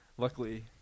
Luckily